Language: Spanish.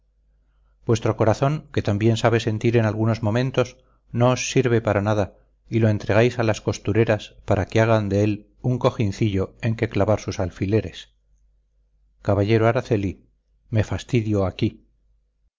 vuestro corazón que tan bien sabe sentir en algunos momentos no os sirve para nada y lo entregáis a las costureras para que hagan de él un cojincillo en que clavar sus alfileres caballero araceli me fastidio aquí